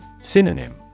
Synonym